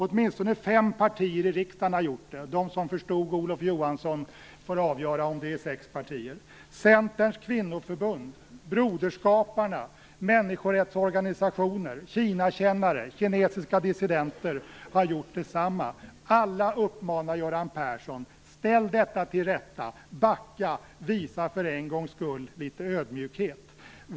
Åtminstone fem partier i riksdagen har gjort det. De som förstod Olof Johansson får avgöra om det är sex partier. Centerns kvinnoförbund, Broderskaparna, människorättsorganisationer, Kinakännare och kinesiska dissidenter har gjort detsamma. Alla uppmanar Göran Persson: Ställ detta till rätta. Backa. Visa för en gångs skull litet ödmjukhet.